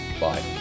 Bye